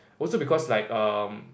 also because like erm